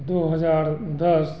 दो हज़ार दस